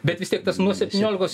bet vis tiek tas nuo septyniolikos